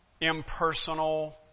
impersonal